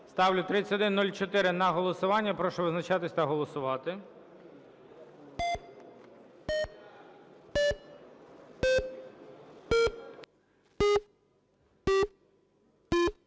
Ставлю на голосування 3152. Прошу визначатись та голосувати.